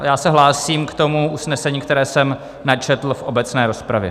Já se hlásím k tomu usnesení, které jsem načetl v obecné rozpravě.